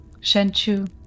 Shenchu